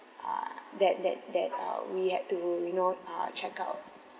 uh that that that we had to you know uh check out